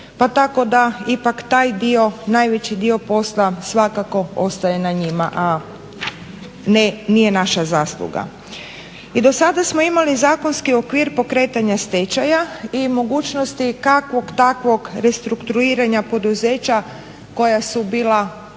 pa tako da ipak taj dio najveći dio posla svakako ostaje na njima, a nije naša zasluga. I do sada smo imali zakonski okvir pokretanja stečaja i mogućnosti kakvog takvog restrukturiranja poduzeća koja su bila